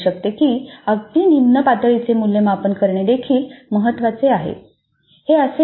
हे असू शकते की अगदी निम्न पातळीचे मूल्यमापन करणे देखील महत्वाचे आहे